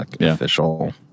official